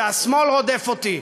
זה השמאל רודף אותי.